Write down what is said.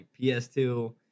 PS2